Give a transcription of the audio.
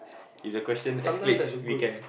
if the question escalates we can